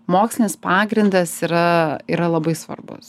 mokslinis pagrindas yra yra labai svarbus